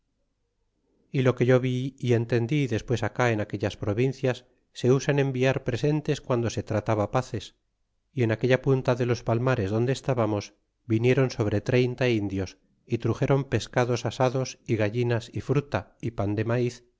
y lo que yo vi y entendí despues acá en aquellas provincias se usaba enviar presentes guando se trataba paces y en aquella punta de los palmares donde estabarnos vinieron sobre treinta indios é truxeron pescados asados y gallinas e fruta y pan de maiz